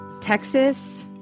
Texas